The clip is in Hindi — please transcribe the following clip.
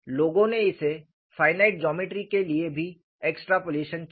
लोगों ने इसे फाइनाइट ज्योमेट्री के लिए भी एक्सट्रपलेशन किया है